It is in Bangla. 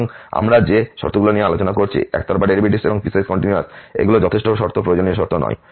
সুতরাং আমরা যে শর্তগুলো নিয়ে আলোচনা করেছি একতরফা ডেরিভেটিভস এবং পিসওয়াইস কন্টিনিউয়িটি এগুলো যথেষ্ট শর্ত প্রয়োজনীয় শর্ত নয়